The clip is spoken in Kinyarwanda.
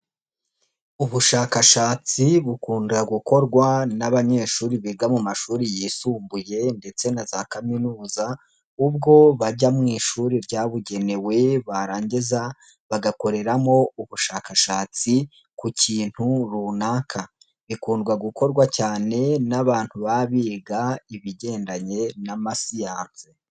Ubushakashatsi bukunda gukorwa n'abanyeshuri biga mu mashuri yisumbuye ndetse na za kaminuza, ubwo bajya mu ishuri ryabugenewe barangiza bagakoreramo ubushakashatsi ku kintu runaka. Bikundwa gukorwa cyane n'abantu baba biga ibigendanye n'amasiyansi.